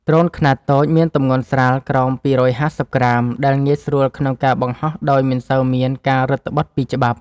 ដ្រូនខ្នាតតូច មានទម្ងន់ស្រាលក្រោម ២៥០ក្រាម ដែលងាយស្រួលក្នុងការបង្ហោះដោយមិនសូវមានការរឹតត្បិតពីច្បាប់។